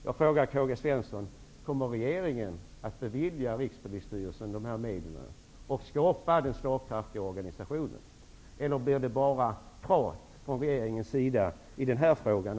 Jag frågar Karl-Gösta Svenson: kommer regeringen att bevilja Rikspolisstyrelsen dessa medel och skapa en slagkraftig organisation, eller blir det bara prat från regeringens sida också i den här frågan?